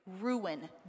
ruin